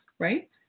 right